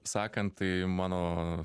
sakant tai mano